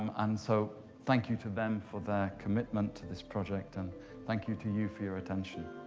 um and so thank you to them for their commitment to this project. and thank you to you for your attention.